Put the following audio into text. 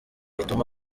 ituma